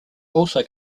also